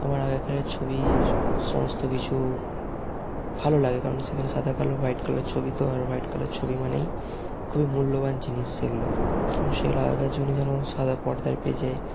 আমার আগেকারের ছবির সমস্ত কিছু ভালো লাগে কারণ সেখানে সাদা কালো হোয়াইট কালারের ছবি তো আর হোয়াইট কালার ছবি মানেই খুবই মূল্যবান জিনিস সেগুলো এবং সেগুলো আগেকার জীবনে যেন সাদা পর্দার পেজে